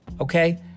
okay